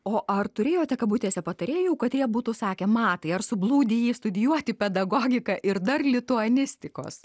o ar turėjote kabutėse patarėjų kad jie būtų sakę matai ar sublūdijai studijuoti pedagogiką ir dar lituanistikos